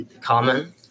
common